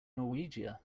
norwegia